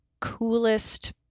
coolest